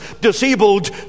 disabled